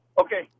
okay